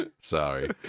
Sorry